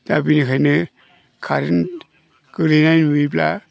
दा बिनिखायनो करेन्ट गोग्लैनाय नुयोब्ला